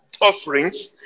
offerings